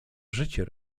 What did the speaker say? życie